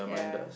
ya